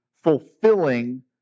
fulfilling